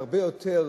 הרבה יותר,